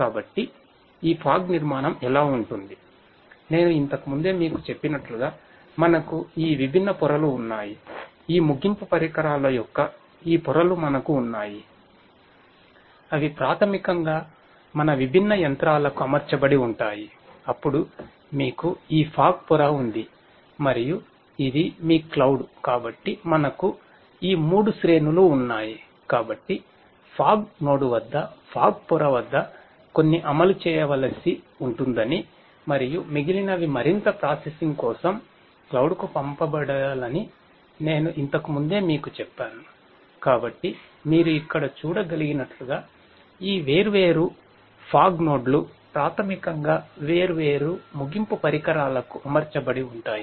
కాబట్టి ఈ ఫాగ్ కాబట్టి మనకు ఈ 3 శ్రేణులు ఉన్నాయి